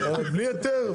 זה בלי היתר,